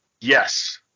Yes